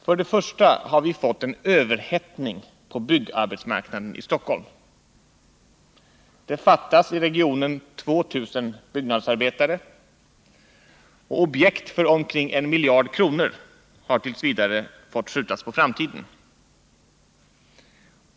Först och främst har vi fått en överhettning på byggarbetsmarknaden i Stockholmsregionen. Det fattas 2 000 byggnadsarbetare, och objekt för omkring 1 miljard kronor har t. v. fått skjutas på framtiden.